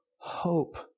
hope